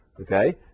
Okay